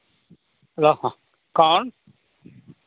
hello हाँ कौन